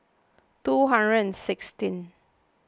two hundred and sixteen